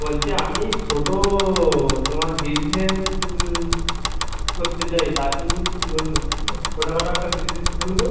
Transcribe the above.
বলছি আমি ছোটো তোমার বিসনেস করতে চাই তার জন্যে একটু লোন নেবো বুঝলে ছোটো খাটো একটা বিসনেস খুলবো